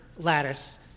lattice